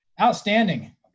Outstanding